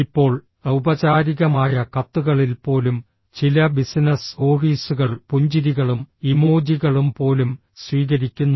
ഇപ്പോൾ ഔപചാരികമായ കത്തുകളിൽ പോലും ചില ബിസിനസ് ഓഫീസുകൾ പുഞ്ചിരികളും ഇമോജികളും പോലും സ്വീകരിക്കുന്നു